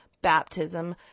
baptism